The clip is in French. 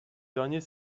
dernier